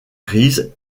grises